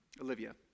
Olivia